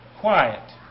quiet